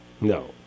No